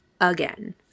again